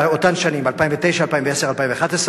באותן שנים, 2009, 2010, 2011?